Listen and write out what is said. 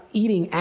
eating